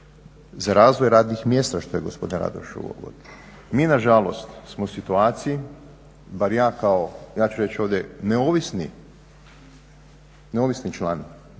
za razvoj radnih mjesta što je gospodin Radoš govorio. Mi na žalost smo u situaciji, bar ja kao, ja ću reći ovdje neovisni član